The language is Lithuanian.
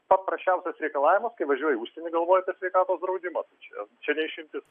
paprasčiausias reikalavimas kai važiuoji į užsienį galvoji apie sveikatos draudimą tai čia ne išimtis